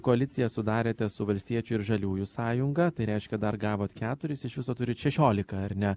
koaliciją sudarėte su valstiečių ir žaliųjų sąjunga tai reiškia dar gavot keturis iš viso turit šešiolika ar ne